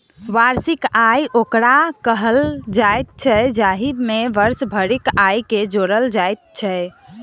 वार्षिक आय ओकरा कहल जाइत छै, जाहि मे वर्ष भरिक आयके जोड़ल जाइत छै